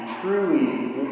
truly